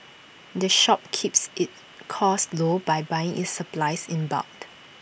the shop keeps its costs low by buying its supplies in bulked